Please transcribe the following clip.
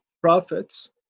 profits